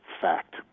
fact